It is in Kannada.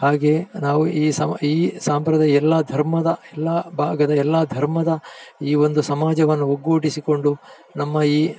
ಹಾಗೇ ನಾವು ಈ ಸಮ್ ಈ ಸಾಂಪ್ರದ ಎಲ್ಲ ಧರ್ಮದ ಎಲ್ಲ ಭಾಗದ ಎಲ್ಲ ಧರ್ಮದ ಈ ಒಂದು ಸಮಾಜವನ್ನು ಒಗ್ಗೂಡಿಸಿಕೊಂಡು ನಮ್ಮ ಈ